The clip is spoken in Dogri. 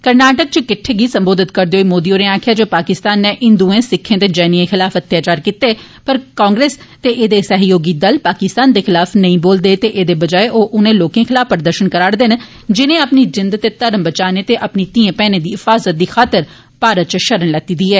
कर्नाटक च इक किट्ठे गी संबोधित करदे होई मोदी होरें आक्खेआ जे पाकिस्तान नै हिंदुएं सिक्खें ते जैनिएं खिलाफ अत्याचार कीते पर कांग्रेस ते ऐदे सहयोगी दल पाकिस्तान दे खिलाफ नेंइ बोलदे ते ऐदे बजाए ओ उनें लोकें खिलाफ प्रर्दशन करा करदे न जिनें अपनी जिंद ते घर्म बचाने ते अपनी धीए भैनें दी हिफाजत दी खातर भारत च शरण लैती दी ऐ